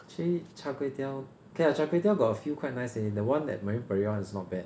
actually char kway teow okay lah char kway teow got a few quite nice leh the one at marine parade [one] is not bad